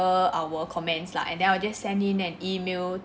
~er our comments lah and then I will just send in an E-mail